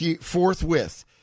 forthwith